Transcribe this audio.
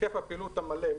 היקף הפעילות המלא,